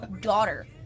daughter